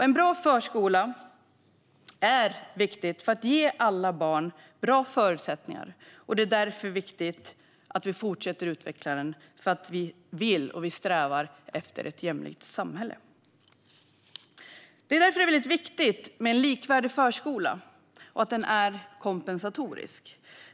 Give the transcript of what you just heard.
En bra förskola är viktig för att ge alla barn bra förutsättningar, och det är därför viktigt att vi fortsätter att utveckla den. Vi vill ha och strävar efter ett jämlikt samhälle. Det är därför som det är viktigt med en likvärdig förskola och att den är kompensatorisk.